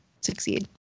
succeed